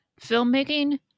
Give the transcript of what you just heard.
filmmaking